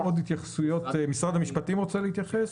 משרד המשפטים רוצה להתייחס?